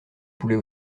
poulet